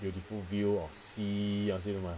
beautiful view of sea